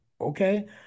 okay